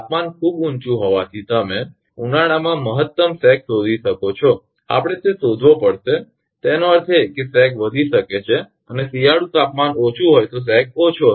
તાપમાન ખૂબ ઊંચું હોવાથી તમે ઉનાળામાં મહત્તમ સેગ શોધી શકો છો આપણે તે શોધવો પડશે તેનો અર્થ એ કે સેગ વધી શકે છે અને શિયાળુ તાપમાન ઓછું હોય છે સેગ ઓછો હશે